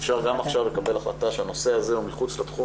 אפשר גם עכשיו לקבל החלטה שהנושא הזה מחוץ לתחום